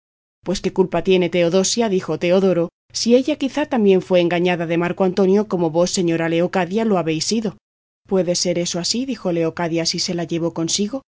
pues qué culpa tiene teodosia dijo teodoro si ella quizá también fue engañada de marco antonio como vos señora leocadia lo habéis sido puede ser eso así dijo leocadia si se la llevó consigo